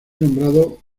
nombrado